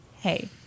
Hey